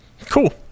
Cool